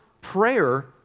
Prayer